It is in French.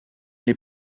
n’ai